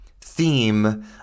theme